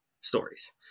stories